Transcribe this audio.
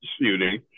shooting